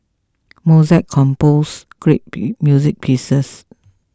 Mozart compose great music pieces